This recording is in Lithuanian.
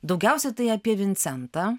daugiausiai tai apie vincentą